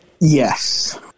Yes